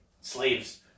slaves